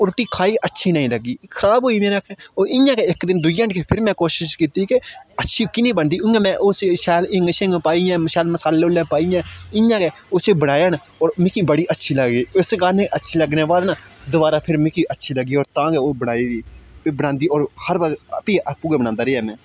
रूट्टी खाई अच्छी नेईं लग्गी खराब होई मेरे आक्खे ओह् इ'यां गै इक दिन दूई हांडियै फिर मैं कोशिश कीती कि अच्छी की नेईं बनदी इ'यां मैं उस शैल हिंग शिंग पाइयै शैल मसाले उल्ले पाइयै इ'यां गै मैं उसी बनाया न मिकी बड़ी अच्छी लगी इस्सै कारण अच्छी लग्गने दे बाद न दोबारा फिर मिकी अच्छी लग्गी होर तां गै ओह् बनाई फ्ही बनांदी होर हर बक्त फ्ही आपूं गै बनांदा रेहा मैं